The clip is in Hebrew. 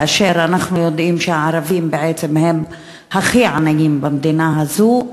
ואנחנו יודעים שהערבים הם הכי עניים במדינה הזאת,